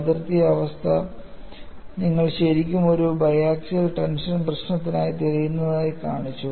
അതിർത്തി അവസ്ഥ നിങ്ങൾ ശരിക്കും ഒരു ബൈ ആസ്കിയൽ ടെൻഷൻ പ്രശ്നത്തിനായി തിരയുന്നതായി കാണിച്ചു